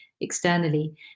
externally